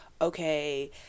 okay